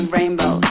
Rainbow